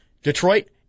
Detroit